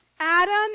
Adam